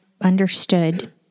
understood